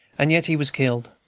and yet he was killed.